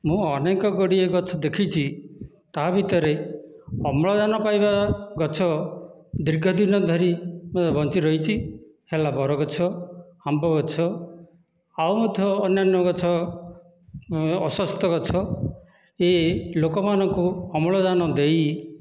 ମୁଁ ଅନେକ ଗୁଡ଼ିଏ ଗଛ ଦେଖିଛି ତା'ଭିତରେ ଅମ୍ଳଜାନ ପାଇବା ଗଛ ଦୀର୍ଘଦିନ ଧରି ବଞ୍ଚି ରହିଛି ହେଲା ବରଗଛ ଆମ୍ବଗଛ ଆଉ ମଧ୍ୟ ଅନ୍ୟାନ୍ୟ ଗଛ ଅଶ୍ଵସ୍ତଗଛ ଏ ଲୋକମାନଙ୍କୁ ଅମ୍ଳଜାନ ଦେଇ